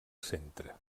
centre